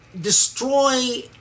destroy